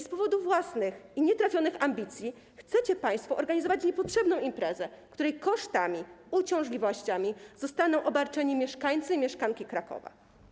Z powodu własnych i nietrafionych ambicji chcecie państwo organizować niepotrzebną imprezę, której kosztami i uciążliwościami zostaną obarczeni mieszkańcy i mieszkanki Krakowa.